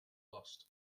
lost